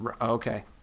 Okay